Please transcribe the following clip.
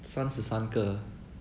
三十三个